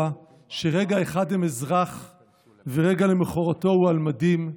שרגע אחד הם אזרחים ולמוחרת הם על מדים,